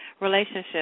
relationship